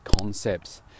concepts